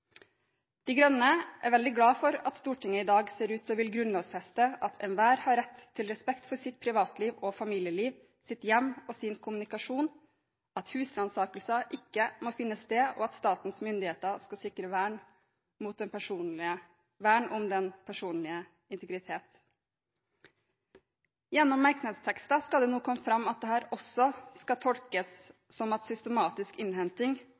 De Grønne er veldig glad for at Stortinget i dag ser ut til å ville grunnlovfeste at enhver har rett til respekt for sitt privatliv og familieliv, sitt hjem og sin kommunikasjon, at husransakelser ikke må finne sted, og at statens myndigheter også skal sikre vern om den personlige integritet. Gjennom merknadstekster skal det nå komme fram at dette også skal tolkes som at systematisk innhenting,